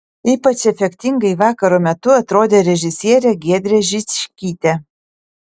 ypač efektingai vakaro metu atrodė režisierė giedrė žičkytė